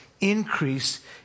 increase